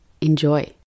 Enjoy